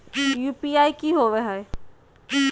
UPI की होवे हय?